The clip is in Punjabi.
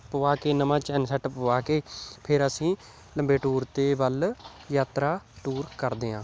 ਪੁਆ ਕੇ ਨਵਾਂ ਚੈਨ ਸੈੱਟ ਪੁਆ ਕੇ ਫਿਰ ਅਸੀਂ ਲੰਬੇ ਟੂਰ 'ਤੇ ਵੱਲ ਯਾਤਰਾ ਟੂਰ ਕਰਦੇ ਹਾਂ